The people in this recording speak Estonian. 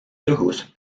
tõhus